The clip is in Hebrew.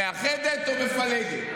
מאחדת או מפלגת?